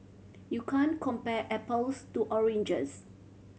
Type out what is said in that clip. you can't compare apples to oranges